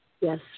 Yes